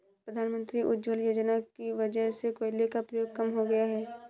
प्रधानमंत्री उज्ज्वला योजना की वजह से कोयले का प्रयोग कम हो गया है